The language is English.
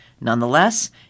Nonetheless